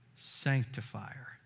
sanctifier